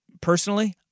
personally